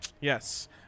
Yes